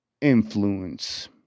influence